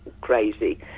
crazy